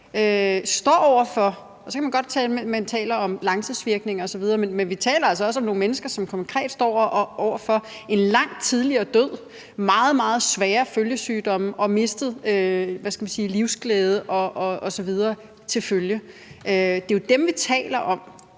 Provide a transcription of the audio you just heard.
godt være, at man taler om langtidsvirkninger osv., men vi taler altså også om nogle mennesker, som i dag konkret står over for en langt tidligere død og nogle meget, meget svære følgesygdomme og med mistet livsglæde osv. til følge. Det er jo dem, som vi taler om,